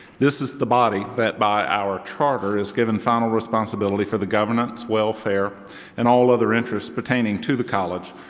this is the body that by our charter is given final responsibility for the governance, welfare and all other interests pertaining to the college.